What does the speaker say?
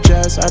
Jazz